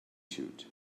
shoot